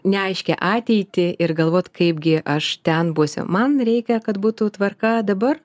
neaiškią ateitį ir galvot kaipgi aš ten būsiu man reikia kad būtų tvarka dabar